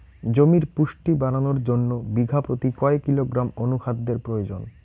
জমির পুষ্টি বাড়ানোর জন্য বিঘা প্রতি কয় কিলোগ্রাম অণু খাদ্যের প্রয়োজন?